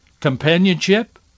Companionship